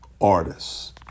artists